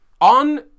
on